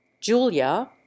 julia